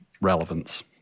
relevance